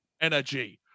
energy